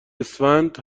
اسفند